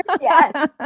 Yes